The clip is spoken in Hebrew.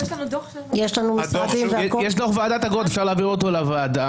יש דוח ועדת אגרות, אפשר להעביר אותו לוועדה.